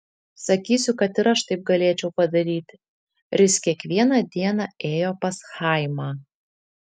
sakysiu kad ir aš taip galėčiau padaryti ris kiekvieną dieną ėjo pas chaimą